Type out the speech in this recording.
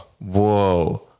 Whoa